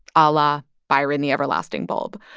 ah la byron the everlasting bulb.